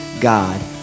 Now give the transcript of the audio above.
God